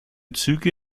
züge